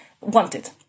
wanted